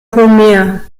homer